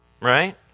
Right